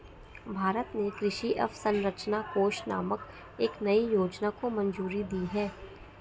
भारत ने कृषि अवसंरचना कोष नामक एक नयी योजना को मंजूरी दी है